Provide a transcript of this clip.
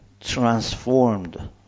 transformed